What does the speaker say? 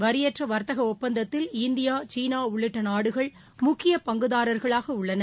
வரியற்ற வர்த்தக இப்பந்தத்தில் இந்தியா சீனா உள்ளிட்ட நாடுகள் முக்கிய ஆசியான் பங்குதாரர்களாக உள்ளன